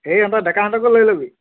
হেৰি ইহঁতক ডেকাহঁতকো লৈ লবি